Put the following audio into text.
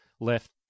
left